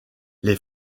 les